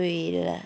对 lah